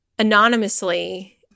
Anonymously